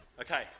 okay